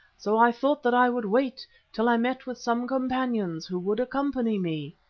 so i thought that i would wait till i met with some companions who would accompany me.